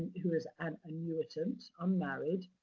who is an annuitant, unmarried,